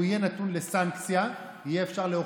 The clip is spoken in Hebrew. בכל בתי הספר לעבודה סוציאלית יש היום למידה עם אוריינות